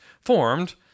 formed